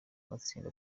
matsinda